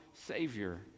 Savior